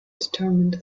determined